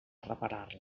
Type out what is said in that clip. reparar